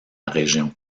région